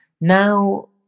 now